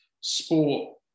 sport